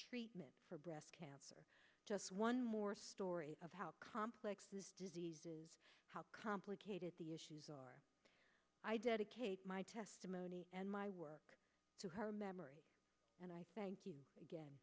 treatment for breast cancer just one more story of how complex this disease is how complicated the issues are i dedicate my testimony and my work to her memory and i thank you again